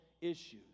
issues